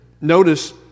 Notice